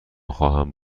خواهم